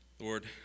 Lord